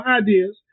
ideas